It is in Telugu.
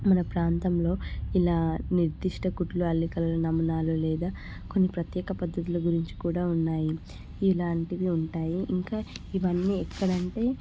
మన ప్రాంతంలో ఇలా నిర్దిష్ట కుట్లు అల్లికలు నమూనాలు లేదా కొన్ని ప్రత్యేక పద్ధతుల గురించి కూడా ఉన్నాయి ఇలాంటివి ఉంటాయి ఇంకా ఇవన్నీ ఎక్కడంటే